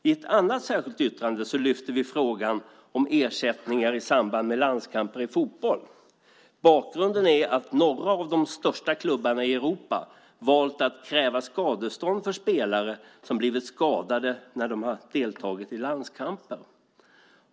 I ett annat särskilt yttrande lyfter vi fram frågan om ersättningar i samband med landskamper i fotboll. Bakgrunden är att några av de största klubbarna i Europa valt att kräva skadestånd för spelare som blivit skadade när de har deltagit i landskamper.